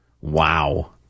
Wow